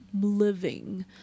living